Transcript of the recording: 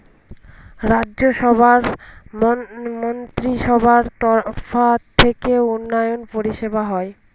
রাজ্য সভার মন্ত্রীসভার তরফ থেকে উন্নয়ন পরিষেবা হয়